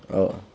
oh